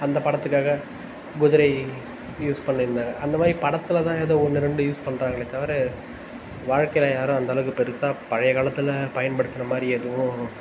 அந்த படத்துக்காக குதிரை யூஸ் பண்ணி இருந்தாங்க அந்த மாதிரி படத்தில் தான் ஏதோ ஒன்று ரெண்டு யூஸ் பண்ணுறாங்களே தவிர வாழ்க்கையில யாரும் அந்த அளவுக்கு பெருசாக பழைய காலத்தில் பயன்படுத்துகிற மாதிரி எதுவும்